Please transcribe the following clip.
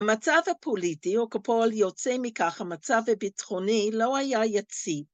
המצב הפוליטי, או כפועל יוצא מכך המצב הביטחוני - לא היה יציב.